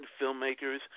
filmmakers